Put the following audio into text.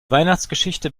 weihnachtsgeschichte